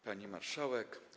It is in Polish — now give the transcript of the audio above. Pani Marszałek!